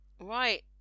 Right